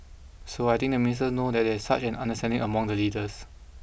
so I think the ministers know that there is such an understanding among the leaders